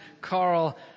Carl